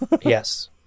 yes